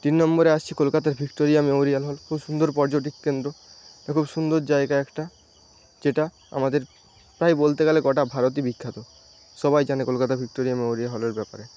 তিন নম্বরে আসছি কলকাতার ভিক্টোরিয়া মেমোরিয়াল হল খুব সুন্দর পর্যটক কেন্দ্র এবং সুন্দর জায়গা একটা যেটা আমাদের প্রায় বলতে গেলে গোটা ভারতে বিখ্যাত সবাই জানে কলকাতার ভিক্টোরিয়া মেমোরিয়াল হলের ব্যাপারে